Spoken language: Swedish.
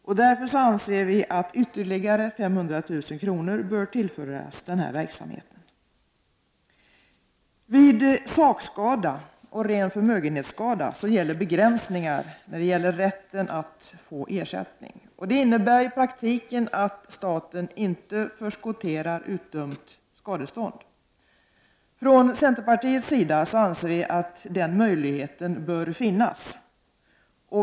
Vi anser därför att ytterligare 500 000 kr. bör tillföras denna verksamhet. Vid sakskada och ren förmögenhetsskada gäller begränsningar i fråga om rätten att få ersättning. Det innebär i praktiken att staten inte förskotterar utdömt skadestånd. Vi i centerpartiet anser att den möjligheten bör finnas.